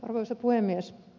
arvoisa puhemies